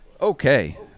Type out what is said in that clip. okay